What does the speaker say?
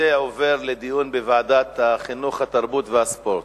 הנושא עובר לדיון בוועדת החינוך, התרבות והספורט.